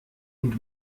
und